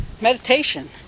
meditation